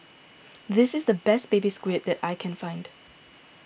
this is the best Baby Squid that I can find